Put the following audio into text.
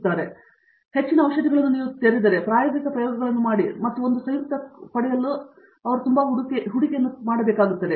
Satyanarayana N Gummadi ಏಕೆಂದರೆ ನೀವು ಹೆಚ್ಚಿನ ಔಷಧಿಗಳನ್ನು ತೆರೆದರೆ ಪ್ರಾಯೋಗಿಕ ಪ್ರಯೋಗಗಳನ್ನು ಮಾಡಿ ಮತ್ತು ಅದನ್ನು ಒಂದು ಸಂಯುಕ್ತಕ್ಕೆ ಪಡೆಯಲು ಅದು ತುಂಬಾ ಹೂಡಿಕೆಯನ್ನು ತೆಗೆದುಕೊಳ್ಳುತ್ತದೆ